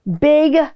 big